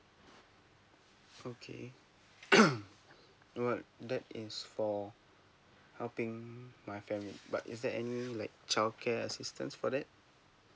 okay alright that okay so for helping um my family but is there any like child care assistance for that